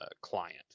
client